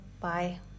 Bye